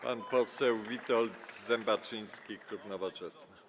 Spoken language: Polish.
Pan poseł Witold Zembaczyński, klub Nowoczesna.